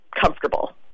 comfortable